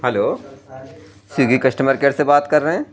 hello Swiggy customer care سے بات کر رہے ہیں